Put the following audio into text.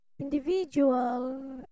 individual